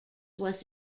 was